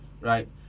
right